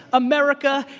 america,